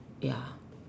ya